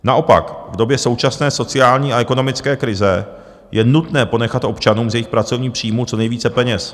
Naopak v době současné sociální a ekonomické krize je nutné ponechat občanům z jejich pracovních příjmů co nejvíce peněz.